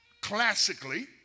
classically